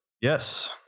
Yes